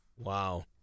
Wow